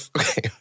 Okay